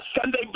Sunday